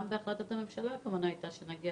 וגם בהחלטת הממשלה הכוונה הייתה שנגיע